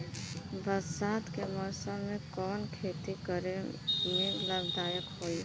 बरसात के मौसम में कवन खेती करे में लाभदायक होयी?